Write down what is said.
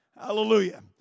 Hallelujah